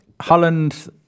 Holland